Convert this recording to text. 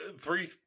Three